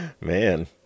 Man